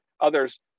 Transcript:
others